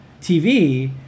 TV